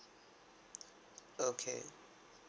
okay